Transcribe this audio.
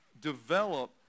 develop